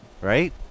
Right